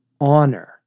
honor